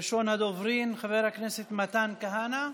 ראשון הדוברים, חבר הכנסת מתן כהנא,